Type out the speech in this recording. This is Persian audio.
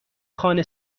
خانه